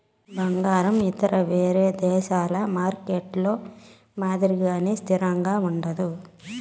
బంగారం ఇతర వేరే దేశాల మార్కెట్లలో మాదిరిగానే స్థిరంగా ఉండదు